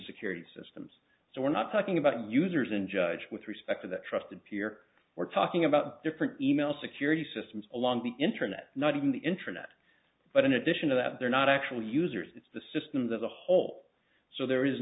security systems so we're not talking about users and judge with respect to the trusted peer we're talking about different e mail security systems along the internet not even the internet but in addition to that they're not actually users it's the systems as a whole so there is